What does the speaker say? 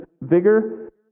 vigor